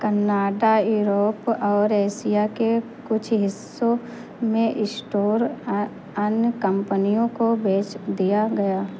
Canada Europe और Asia के कुछ हिस्सों में इस्टोर अन्य कंपनियों को बेच दिया गया